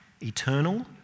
eternal